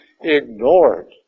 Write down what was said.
ignored